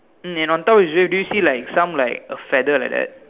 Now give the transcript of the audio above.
and on top do you see some like a feather like that